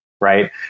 Right